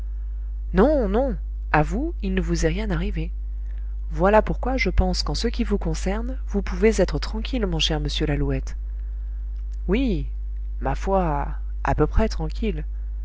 non non a vous il ne vous est rien arrivé voilà pourquoi je pense qu'en ce qui vous concerne vous pouvez être tranquille mon cher monsieur lalouette oui ma foi à peu près tranquille